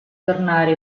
tornare